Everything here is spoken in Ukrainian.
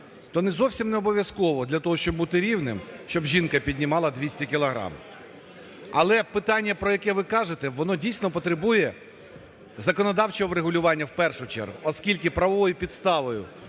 то не зовсім не обов'язково для того, щоб бути рівним, щоб жінка піднімала 200 кілограм. Але питання, про яке ви кажете, воно дійсно потребує законодавчого врегулювання в першу чергу, оскільки правовою підставою